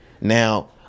now